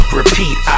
repeat